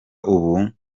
abu